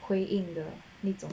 回应的那种